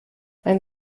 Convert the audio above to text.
mein